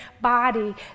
body